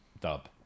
dub